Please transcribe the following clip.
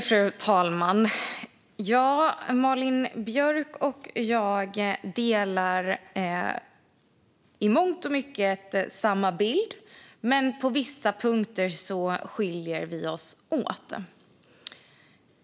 Fru talman! Malin Björk och jag delar i mångt och mycket samma bild, men på vissa punkter skiljer vi oss åt.